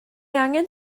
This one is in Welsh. angen